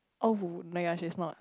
oh no ya she's not